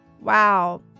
Wow